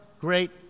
great